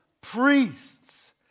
priests